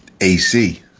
AC